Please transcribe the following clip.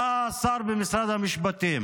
אתה שר במשרד המשפטים.